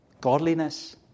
godliness